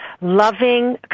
loving